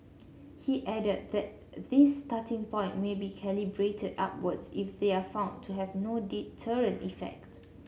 he added that this starting point may be calibrated upwards if they are found to have no deterrent effect